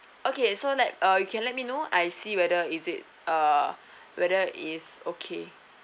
okay so let uh you can let me know I see whether is it uh whether it's okay